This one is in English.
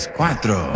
cuatro